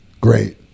great